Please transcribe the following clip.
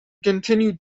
continued